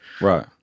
Right